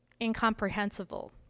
incomprehensible